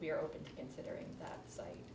we're open to considering that s